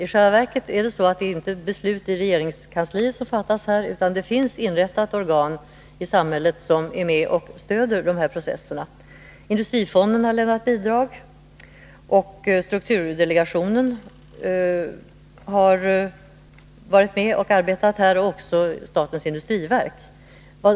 I själva verket är det så att det inte är beslut i regeringskansliet som här fattas, utan det finns inrättade organ i samhället som är med och stöder dessa processer. Industrifonden har lämnat bidrag, och strukturdelegationen har varit med och arbetat här. Detsamma gäller statens industriverk.